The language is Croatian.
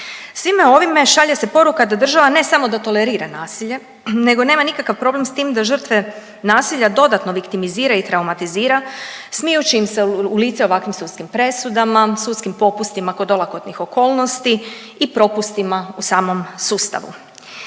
Svime ovome šalje se poruka da država ne samo da tolerira nasilje nego nema nikakav problem s tim da žrtve nasilja dodatno viktimizira i traumatizira smijući im se u lice ovakvim sudskim presudama, sudskim popustima kod olakotnih okolnosti i propustima u samom sustavu.